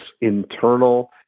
internal